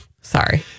Sorry